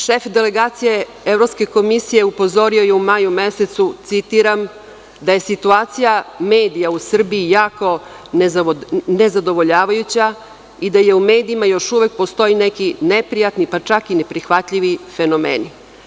Šef delegacije Evropske komisije je upozorio u maju mesecu, citiram, da je situacija medija u Srbiji jako nezadovoljavajuća i da u medijima još uvek postoji neki neprijatni, pa čak i neprihvatljivi fenomeni.